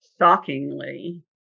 shockingly